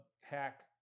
hack